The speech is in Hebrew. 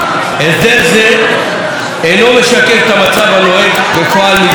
הסדר זה אינו משקף את המצב הנוהג בפועל זה שנים,